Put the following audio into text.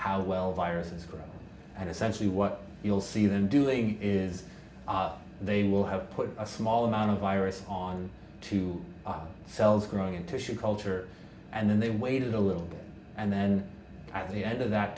how well viruses grow and essentially what you'll see them doing is they will have put a small amount of virus on two cells growing in tissue culture and then they waited a little bit and then at the end of that